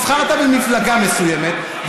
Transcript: נבחרת במפלגה מסוימת,